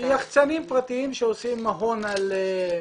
יח"צנים פרטיים שעושים הון על הילדים.